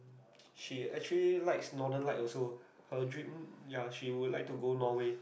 she actually like northern like also her dream ya she would like to go Norway